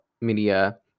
media